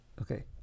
okay